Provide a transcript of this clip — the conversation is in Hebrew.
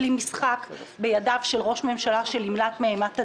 ככלי משחק בידיו של ראש ממשלה שעכשיו נמלט מאימת הדין,